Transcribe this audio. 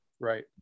Right